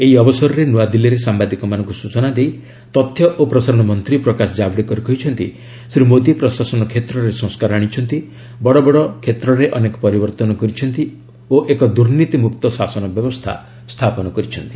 ଏହି ଅବସରରେ ନୂଆଦିଲ୍ଲୀରେ ସାମ୍ବାଦିକମାନଙ୍କୁ ସୂଚନା ଦେଇ ତଥ୍ୟ ଓ ପ୍ରସାରଣ ମନ୍ତ୍ରୀ ପ୍ରକାଶ ଜାଭଡେକର କହିଛନ୍ତି ଶ୍ରୀ ମୋଦୀ ପ୍ରଶାସନ କ୍ଷେତ୍ରରେ ସଂସ୍କାର ଆଣିଛନ୍ତି ବଡ଼ବଡ଼ କ୍ଷେତ୍ରରେ ଅନେକ ପରିବର୍ତ୍ତନ କରିଛନ୍ତି ଓ ଏକ ଦୁର୍ନୀତିମୁକ୍ତ ଶାସନ ବ୍ୟବସ୍ଥା ସ୍ଥାପନ କରିଛନ୍ତି